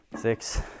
six